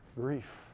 grief